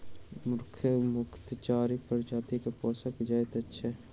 मुर्गाक मुख्यतः चारि प्रजाति के पोसल जाइत छै